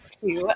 two